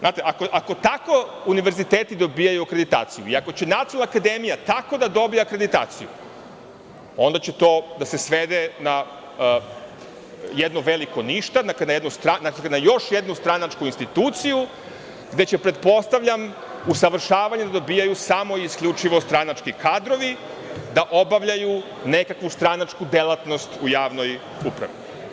Znate, ako tako univerziteti dobijaju akreditaciju i ako će nacionalna akademija tako da dobije akreditaciju, onda će to da se svede na jedno veliko ništa, na još jednu stranačku instituciju gde će usavršavanje, pretpostavljam, dobijati samo stranački kadrovi da obavljaju neku stranačku delatnost u javnoj upravi.